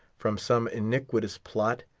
from some iniquitous plot,